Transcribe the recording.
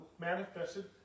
manifested